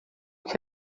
que